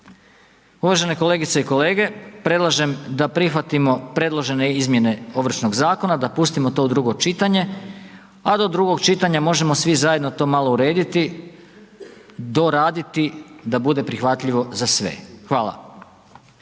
Uvažene kolegice i kolege predlažem da prihvatimo predložene izmjene Ovršnog zakona, da pustimo to u drugo čitanje, a do drugog čitanja možemo svi zajedno to malo urediti, doraditi da bude prihvatljivo za sve. Hvala.